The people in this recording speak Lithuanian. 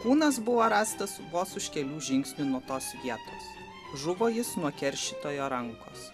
kūnas buvo rastas vos už kelių žingsnių nuo tos vietos žuvo jis nuo keršytojo rankos